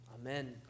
Amen